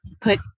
put